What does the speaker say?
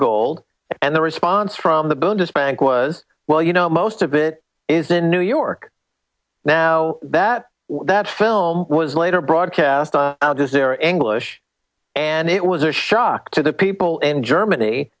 gold and the response from the boon to spank was well you know most of it is in new york now that that film was later broadcast on al jazeera english and it was a shock to the people in germany